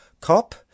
COP